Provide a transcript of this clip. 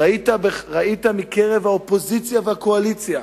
ראית מקרב האופוזיציה והקואליציה